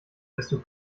desto